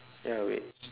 ya wait